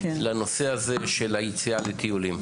לנושא של היציאה לטיולים.